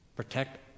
Protect